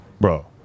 bro